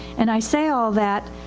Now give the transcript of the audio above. and i say all that,